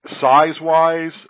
size-wise